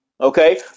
Okay